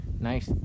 nice